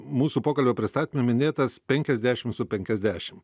mūsų pokalbio pristatyme minėtas penkiasdešimt su penkiasdešimt